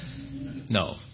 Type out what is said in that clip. No